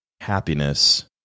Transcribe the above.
happiness